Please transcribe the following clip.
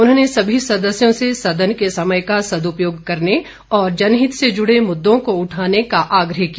उन्होंने सभी सदस्यों से सदन के समय का सदुपयोग करने और जनहित से जुड़े मुद्दों को उठाने का आग्रह किया